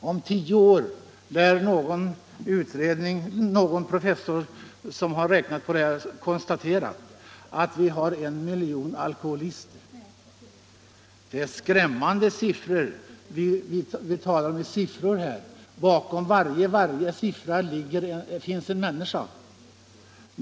Om tio år, lär någon professor som har räknat på detta ha konstaterat, har vi en miljon alkoholister. Det är skrämmande siffror. Vi talar om siffror, men bakom varje siffra finns en människa.